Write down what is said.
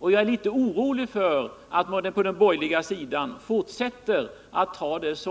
Jag är litet orolig över att man på den borgerliga sidan tar så lätt